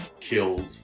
killed